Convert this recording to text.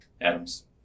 Adam's